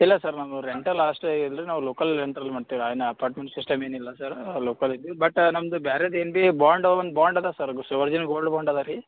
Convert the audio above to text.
ಇಲ್ಲ ಸರ್ ನಾನು rent last ಇಲ್ರಿ ನಾವು ಲೋಕಲ್ ರೆಂಟಲ್ಲಿ ಮಾಡ್ತೀವಿ ಐನಾ ಅಪಾರ್ಟ್ಮೆಂಟ್ ಸಿಸ್ಟೆಮ್ ಏನಿಲ್ಲ ಸರ್ ಲೋಕಲ್ ಇದ್ದೀವಿ ಬಟ್ ನಮ್ಮದು ಬೇರೆದು ಏನು ಭೀ ಬಾಂಡ್ ಒಂದು ಬಾಂಡ್ ಅದ ಸರ್ ಒರಿಜಿನಲ್ ಗೋಲ್ಡ್ ಬಾಂಡ್ ಅದ ರೀ